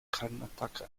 karnataka